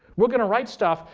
we're going to write stuff,